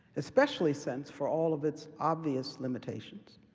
especially since, for all of its obvious limitations,